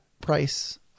price